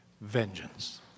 Vengeance